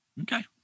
Okay